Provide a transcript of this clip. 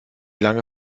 lange